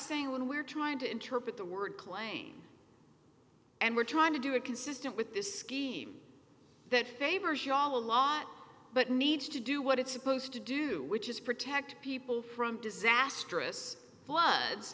saying when we're trying to interpret the word claim and we're trying to do it consistent with this scheme that favors you all a lot but needs to do what it's supposed to do which is protect people from disastrous floods